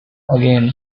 again